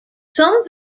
some